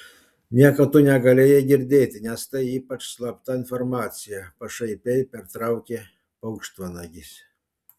nieko tu negalėjai girdėti nes tai ypač slapta informacija pašaipiai pertraukė paukštvanagis